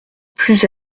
plus